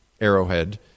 Arrowhead